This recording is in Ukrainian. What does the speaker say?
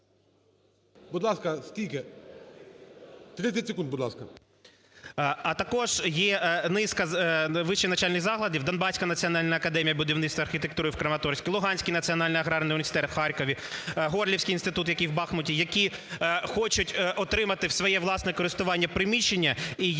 Будь ласка, скільки? 30 секунд, будь ласка. РЯБЧИН О.М. А також є низка вищих навчальних закладів: Донбаська національна академія будівництва і архітектури в Краматорську, Луганський національний аграрний університет в Харкові, Горлівський інститут, який в Бахматі, – які хочуть отримати в своє власне користування приміщення і є